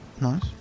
Nice